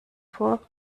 vor